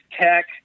Tech